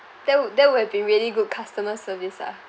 that would that would have been really good customer service ah